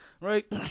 right